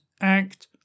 act